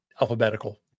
alphabetical